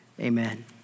amen